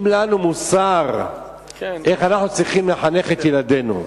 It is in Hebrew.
לנו מוסר איך אנחנו צריכים לחנך את ילדינו.